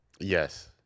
Yes